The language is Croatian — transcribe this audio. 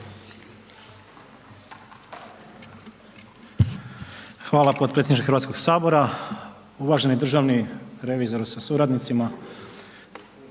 Hvala podpredsjedniče Hrvatskog sabora, uvaženi državni revizore sa suradnicima,